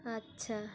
আচ্ছা